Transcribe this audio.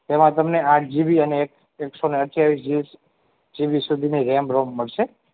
એમાં તમને આઠ જી બી અને એકસો ને અઠ્ઠાવીસ જી જી બી સુધીની રેમ રોમ મળશે